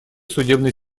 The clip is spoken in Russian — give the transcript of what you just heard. судебной